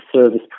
service